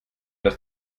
das